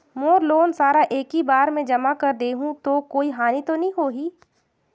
मोर loan सारा एकी बार मे जमा कर देहु तो कोई हानि तो नी होही?